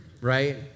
right